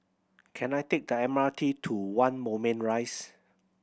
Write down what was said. can I take the M R T to One Moulmein Rise